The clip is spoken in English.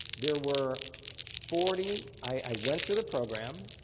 there were forty i went through the program.